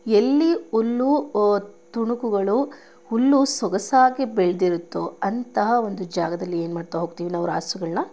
ಎಲ್ಲಿ ಹುಲ್ಲು ತುಣುಕುಗಳು ಹುಲ್ಲು ಸೊಗಸಾಗಿ ಬೆಳೆದಿರುತ್ತೋ ಅಂತಹ ಒಂದು ಜಾಗದಲ್ಲಿ ಏನು ಮಾಡ್ತಾ ಹೋಗ್ತೀವಿ ನಾವು ರಾಸುಗಳನ್ನ